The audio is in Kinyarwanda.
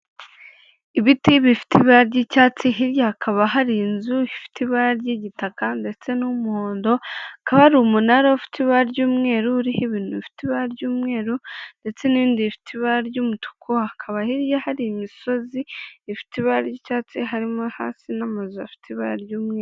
Ibiti bifite ibara ry'icyatsi hirya hakaba hari inzu ifite ibara ry'igitaka ndetse n'umuhondo, hakaba hari umunara ufite ibara ry'umweru uriho ibintu bifite ibara ry'umweru ndetse n'ibindi bifite ibara ry'umutuku, hakaba hari imisozi ifite ibara ry'icyatsi harimo hasi n'amazu afite ibara ry'umweru.